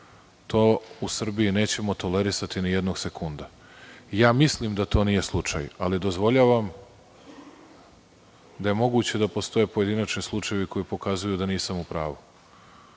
to u Srbiji nećemo tolerisati ni jednog sekunda. Mislim da to nije slučaj, ali dozvoljavam da je moguće da postoje pojedinačni slučajevi koji pokazuju da nisam u pravu.